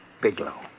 Bigelow